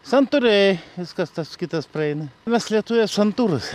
santūriai viskas tas kitas praeina mes lietuviai santūrūs